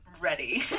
ready